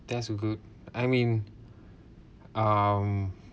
that's good I mean um